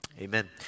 amen